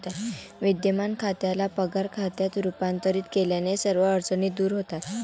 विद्यमान खात्याला पगार खात्यात रूपांतरित केल्याने सर्व अडचणी दूर होतात